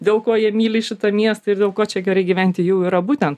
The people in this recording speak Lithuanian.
dėl ko jie myli šitą miestą ir dėl ko čia gerai gyventi jau yra būtent